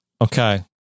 Okay